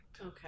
Okay